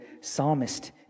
psalmist